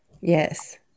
Yes